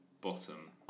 Bottom